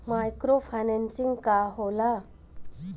Micro financing का होला?